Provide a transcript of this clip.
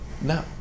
No